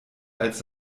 als